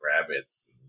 rabbits